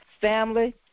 Family